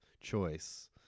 choice